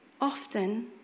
Often